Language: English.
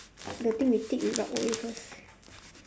the thing we tick we rub away first